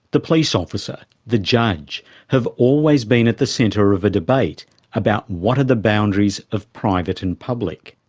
the police officer, the judge have always been at the centre of a debate about what are the boundaries of private and public.